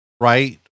right